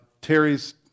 Terry's